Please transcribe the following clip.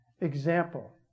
example